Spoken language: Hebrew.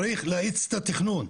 צריך להאיץ את התכנון.